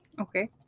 Okay